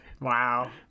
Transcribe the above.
Wow